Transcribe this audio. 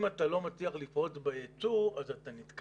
אם אתה לא מצליח לפרוץ בייצוא, אתה נתקע.